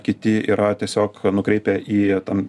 kiti yra tiesiog nukreipia į tam